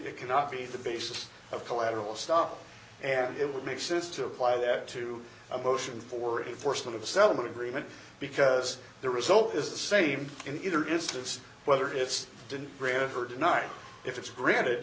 it cannot be the basis of collateral stop and it would make sense to apply that to a motion for reversal of settlement agreement because the result is the same in either just of whether it's been granted her tonight if it's granted